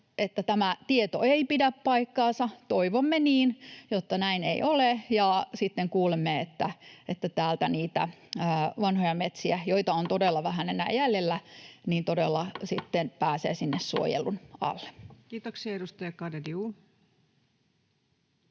tämä tieto ei pidä paikkaansa. Toivomme niin, että näin ei ole ja sitten kuulemme, että täältä niitä vanhoja metsiä, joita on todella vähän enää jäljellä, todella pääsee sinne